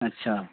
अच्छा